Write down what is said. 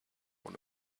one